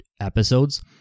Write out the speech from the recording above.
episodes